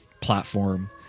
platform